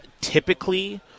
typically